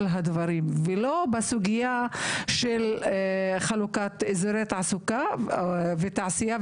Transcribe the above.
הדברים ולא בסוגיה של חלוקת אזורי תעסוקה ותעשייה.